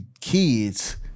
kids